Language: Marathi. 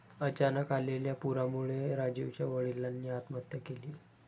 अचानक आलेल्या पुरामुळे राजीवच्या वडिलांनी आत्महत्या केली